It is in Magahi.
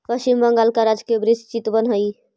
पश्चिम बंगाल का राजकीय वृक्ष चितवन हई